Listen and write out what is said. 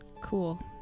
cool